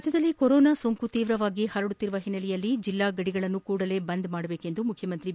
ರಾಜ್ಯದಲ್ಲಿ ಕೊರೋನಾ ಸೋಂಕು ತೀವ್ರವಾಗಿ ಹರಡುತ್ತಿರುವ ಹಿನ್ನೆಲೆಯಲ್ಲಿ ಜಿಲ್ಡಾ ಗಡಿಗಳನ್ನು ಕೂಡಲೇ ಮುಚ್ಚುವಂತೆ ಮುಖ್ಯಮಂತ್ರಿ ಬಿ